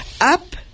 Up